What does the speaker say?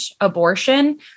abortion